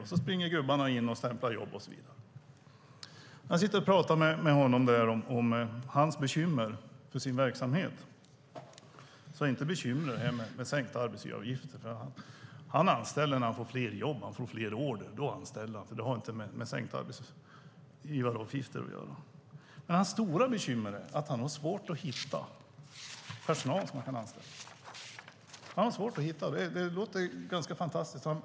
Gubbarna springer in och stämplar jobb, och så vidare. Jag satt och pratade med honom hans bekymmer för sin verksamhet. Bekymret var inte att inte få sänkta arbetsgivaravgifter. Han anställer när han får fler jobb och fler order. Då anställer han. Det har inte med sänkta arbetsgivaravgifter att göra. Hans stora bekymmer är att han har svårt att hitta personal som han kan anställa. Det låter ganska fantastiskt.